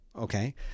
okay